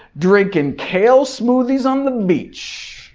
drinking kale smoothies on the beach.